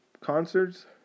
concerts